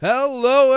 Hello